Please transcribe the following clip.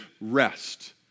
rest